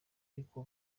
ariko